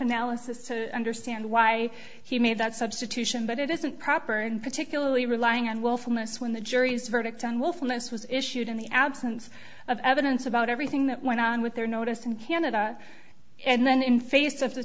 analysis to understand why he made that substitution but it isn't proper and particularly relying on willfulness when the jury's verdict on willfulness was issued in the absence of evidence about everything that went on with their noticed in canada and then in face of the